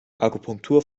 akupunktur